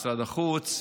משרד החוץ,